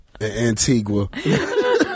Antigua